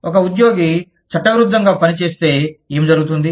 ఒక ఉద్యోగి చట్టవిరుద్ధంగా పని చేస్తే ఏమి జరుగుతుంది